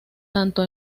tanto